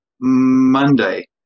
Monday